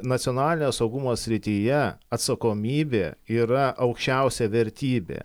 nacionalinio saugumo srityje atsakomybė yra aukščiausia vertybė